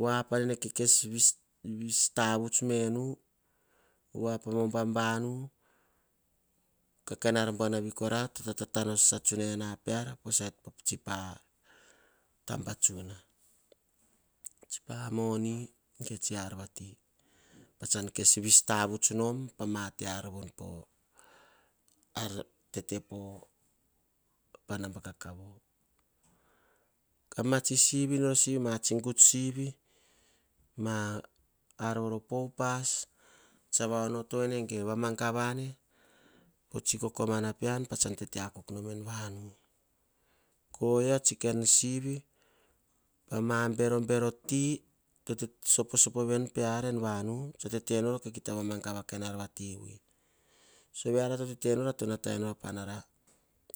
Voa panene kes vis tavuts voanu, voa poh ubam vanu, kah kain ar buanavi kora. To tatatawoena peara pah tabatsuna. Tsi pamoni ge ah tsi arvati, kes vis tavuts nom voni. Panaba kakavo, matsi sivi nor sivi ama sivi upa vavia tsa onoto en ge tsa vamagavane poh tsi kokoma na pean patsan te akuk nom en vanu. Koa tsi sivi pama berobero ti soposop piara veni en vanu. Tenora kah kita magavanor tabavati vui. Sove ar to tete nora kah natai nor panara